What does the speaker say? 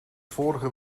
vorige